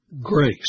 grace